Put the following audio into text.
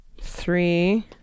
three